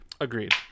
Agreed